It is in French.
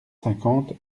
cinquante